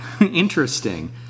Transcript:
Interesting